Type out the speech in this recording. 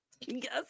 Yes